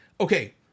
Okay